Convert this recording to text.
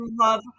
love